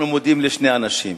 אנחנו מודים לשני אנשים,